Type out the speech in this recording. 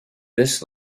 this